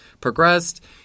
progressed